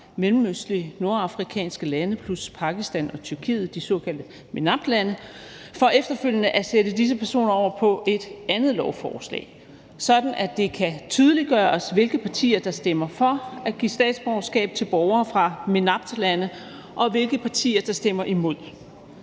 mellemøstlige og nordafrikanske lande plus Pakistan og Tyrkiet, de såkaldte MENAPT-lande, for efterfølgende at sætte disse personer over på et andet lovforslag, sådan at det kan tydeliggøres, hvilke partier der stemmer for at give statsborgerskab til borgere fra MENAPT-lande, og hvilke partier der stemmer imod.